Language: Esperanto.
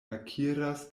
akiras